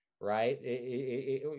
Right